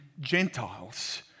Gentiles